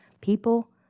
people